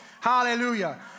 Hallelujah